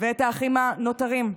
ואת האחים הנותרים.